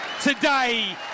today